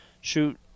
shoot